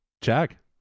Jack